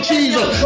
Jesus